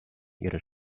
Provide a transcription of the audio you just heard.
ihre